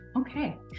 Okay